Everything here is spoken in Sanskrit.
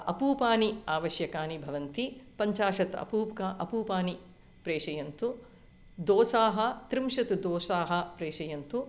अपूपानि आवश्यकानि भवन्ति पञ्चाशत् अपूप्का अपूपानि प्रेषयन्तु दोसाः त्रिंशत् दोसाः प्रेषयन्तु